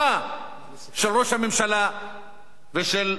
של ראש הממשלה ושל שר הביטחון.